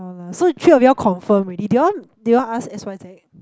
no lah so three of you all confirm already they want they want ask S_Y_Z